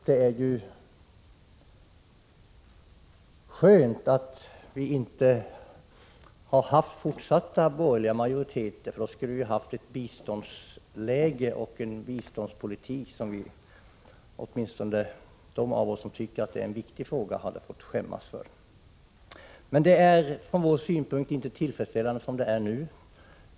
Det är ju skönt att vi inte har haft fortsatta borgerliga majoriteter — för då skulle vi ha haft ett biståndsläge och en biståndspolitik som åtminstone de av oss som tycker att det gäller en viktig fråga hade fått skämmas för. Men det är ur vår synpunkt inte tillfredsställande som det är nu.